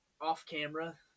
off-camera